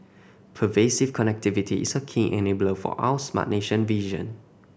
pervasive connectivity is a key enabler for our smart nation vision